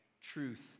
truth